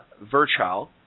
Virchow